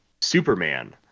Superman